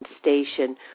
station